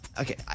Okay